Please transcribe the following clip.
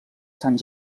sant